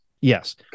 Yes